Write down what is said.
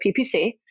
PPC